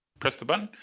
press the button.